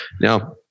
Now